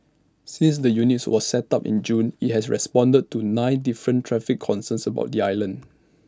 since the units was set up in June IT has responded to nine different traffic concerns about the island